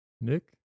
Nick